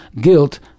guilt